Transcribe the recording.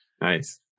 Nice